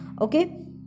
okay